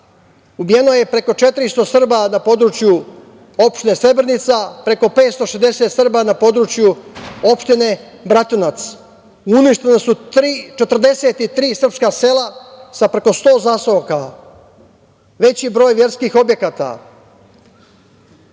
ubijeno je preko 400 Srba na području opštine Srebrenica, preko 560 Srba na području opštine Bratunac, uništena su 43 srpska sela sa preko 100 zaseoka, veći broj verskih objekata,